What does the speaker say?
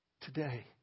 today